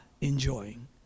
enjoying